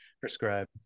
Prescribe